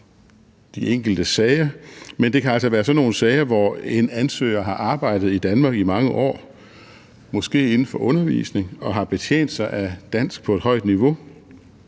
det kan altså være sådan nogle sager, hvor en ansøger har arbejdet i Danmark i mange år, måske inden for undervisning, og har betjent sig af dansk på et højt niveau,